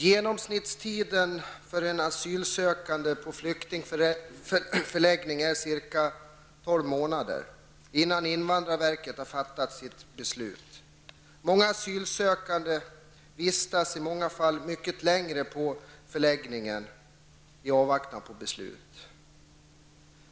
Genomsnittstiden för en asylsökande på flyktingförläggningar innan invandrarverket har fattat sitt beslut är cirka tolv månader. Många asylsökande vistas mycket längre tid på förläggningar i avvaktan på beslut.